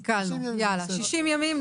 הקלנו, 60 ימים.